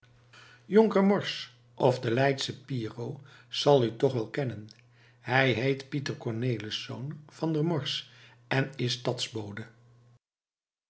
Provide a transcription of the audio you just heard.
jonker morsch of de leidsche piero zal u toch wel kennen hij heet pieter cornelisz van der morsch en is stadsbode